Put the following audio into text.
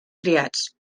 triats